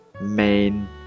main